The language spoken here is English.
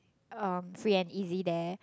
um free and easy there